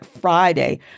Friday